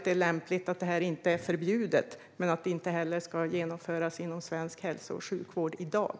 Det är lämpligt att detta inte är förbjudet men att det inte heller genomförs inom svensk hälso och sjukvård i dag.